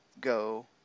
go